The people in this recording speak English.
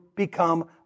Become